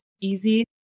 easy